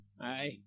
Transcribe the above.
aye